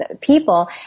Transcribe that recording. people